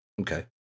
Okay